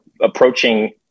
approaching